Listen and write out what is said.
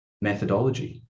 methodology